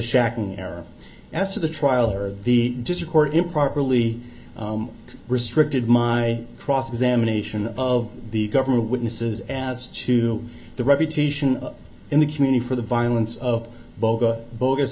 shackling era as to the trial or the discord improperly restricted my cross examination of the government witnesses as to the reputation in the community for the violence of boca bogus